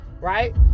right